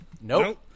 Nope